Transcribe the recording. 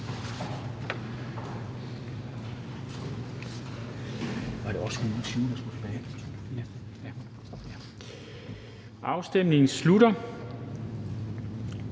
Afstemningen slutter.